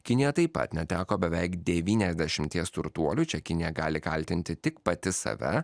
kinija taip pat neteko beveik devyniasdešimties turtuolių čia kinija gali kaltinti tik pati save